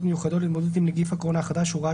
מיוחדות להתמודדות עם נגיף הקורונה החדש (הוראת